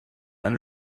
eine